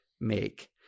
make